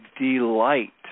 delight